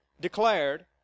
declared